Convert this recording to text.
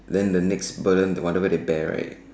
then the next burden whatever they bear right